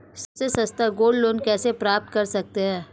सबसे सस्ता gold loan कैसे प्राप्त कर सकते हैं?